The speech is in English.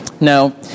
Now